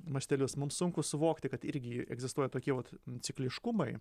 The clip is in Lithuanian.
mastelius mums sunku suvokti kad irgi egzistuoja tokie vat cikliškumai